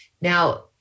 Now